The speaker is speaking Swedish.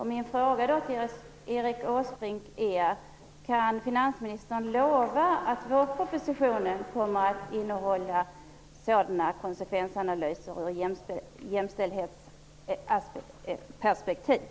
Min fråga till Erik Åsbrink är: Kan finansministern lova att vårpropositionen kommer att innehålla konsekvensanalyser i jämställdhetsperspektiv?